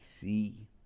See